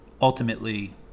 ultimately